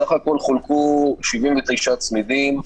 סך הכול חולקו 79 צמידים.